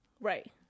Right